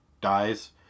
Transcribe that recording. dies